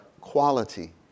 quality